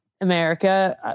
America